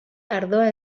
ardoa